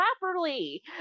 properly